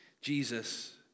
Jesus